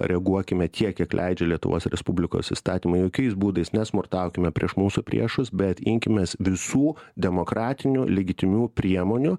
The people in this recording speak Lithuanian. reaguokime tiek kiek leidžia lietuvos respublikos įstatymai jokiais būdais nesmurtaukime prieš mūsų priešus bet imkimės visų demokratinių legitimių priemonių